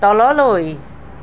তললৈ